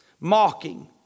mocking